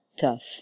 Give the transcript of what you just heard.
tough